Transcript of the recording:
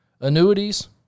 annuities